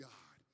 God